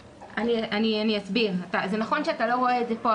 זה נכון שאתה לא רואה את זה פה,